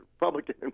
Republican